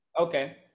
Okay